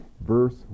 verse